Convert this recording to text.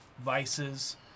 vices